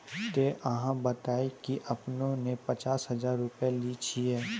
ते अहाँ बता की आपने ने पचास हजार रु लिए छिए?